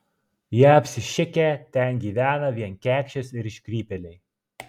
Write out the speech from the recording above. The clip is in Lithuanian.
jie apsišikę ten gyvena vien kekšės ir iškrypėliai